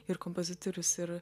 ir kompozitorius ir